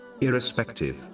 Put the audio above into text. irrespective